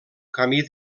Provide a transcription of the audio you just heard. camí